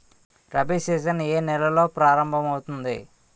Rabi season ఏ నెలలో ప్రారంభమౌతుంది?